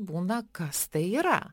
būna kas tai yra